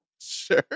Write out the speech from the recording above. Sure